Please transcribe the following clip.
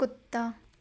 ਕੁੱਤਾ